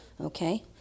okay